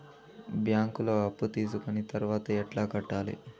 బ్యాంకులో అప్పు తీసుకొని తర్వాత ఎట్లా కట్టాలి?